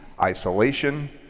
isolation